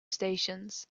stations